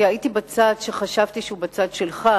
כי הייתי בצד שחשבתי שהוא בצד שלך,